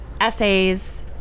essays